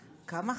כמה,